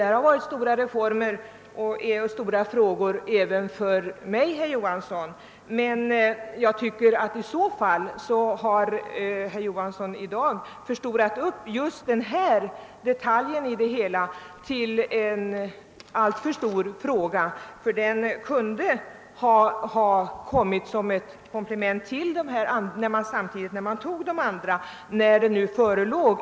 Det har varit stora reformer och stora frågor även för mig, herr Johansson, men jag tycker att i så fall har herr Johansson i dag förstorat upp just denna detalj i det hela och gjort den till en alltför stor fråga. Den kunde ha kommit som ett komplement till det förslag som förelåg.